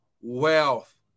wealth